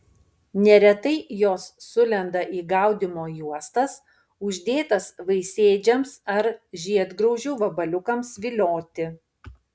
neretai jos sulenda į gaudymo juostas uždėtas vaisėdžiams ar žiedgraužių vabaliukams vilioti